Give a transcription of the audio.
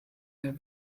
der